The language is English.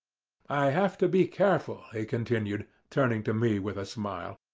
i have to be careful, he continued, turning to me with a smile,